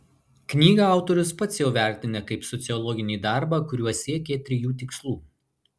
knygą autorius pats jau vertina kaip sociologinį darbą kuriuo siekė trijų tikslų